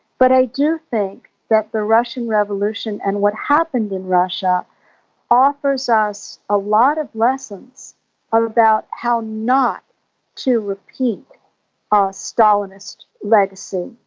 but i do think that the russian revolution and what happened in russia offers us a lot of lessons about how not to repeat a stalinist legacy.